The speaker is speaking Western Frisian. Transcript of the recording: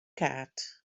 kaart